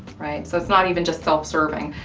so not even just self serving,